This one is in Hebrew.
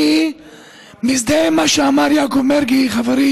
אני מזדהה עם מה שאמר יעקב מרגי חברי,